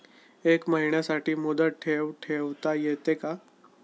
एका महिन्यासाठी मुदत ठेव ठेवता येते का?